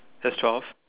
there's twelve